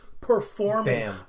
performing